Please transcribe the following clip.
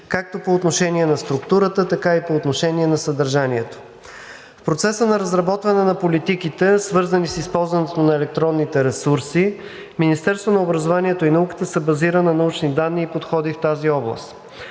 както по отношение на структурата, така и по отношение на съдържанието. В процеса на разработването на политиките, свързани с използването на електронните ресурси, МОН се базира на научни данни и подходи в тази област.